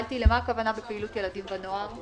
הכוונה בפעילות ילדים ונוער?